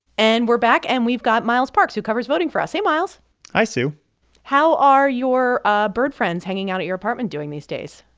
and we're back. and we've got miles parks who covers voting for us. hey, miles hi, sue how are your ah bird friends hanging out at your apartment doing these days?